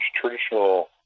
traditional